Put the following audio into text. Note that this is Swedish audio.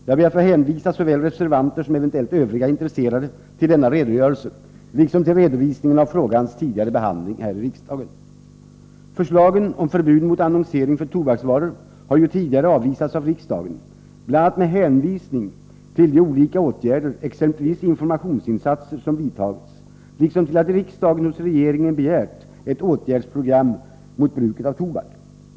Jag ber att få hänvisa såväl reservanter som eventuellt övriga intresserade till denna redogörelse, liksom till redovisningen av frågans tidigare behandling här i riksdagen. Förslag om förbud mot annonsering för tobaksvaror har tidigare avvisats av riksdagen, bl.a. med hänvisning till de olika åtgärder, exempelvis informationsinsatser, som vidtagits liksom till att riksdagen hos regeringen begärt ett åtgärdsprogram mot bruket av tobak.